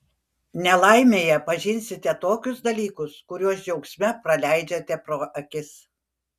nelaimėje pažinsite tokius dalykus kuriuos džiaugsme praleidžiate pro akis